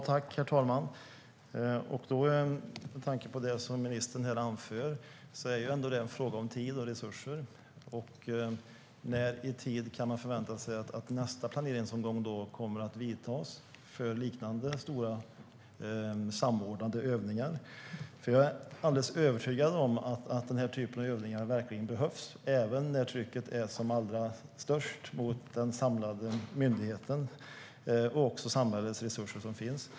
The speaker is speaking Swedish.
Herr talman! Med tanke på det som ministern här anför är detta en fråga om tid och resurser. När i tid kan man förvänta sig att nästa planeringsomgång när det gäller liknande stora samordnade övningar inträffar? Jag är alldeles övertygad om att den här typen av övningar verkligen behövs, även när trycket är som allra störst mot den samlade myndigheten och mot samhällets resurser.